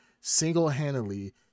single-handedly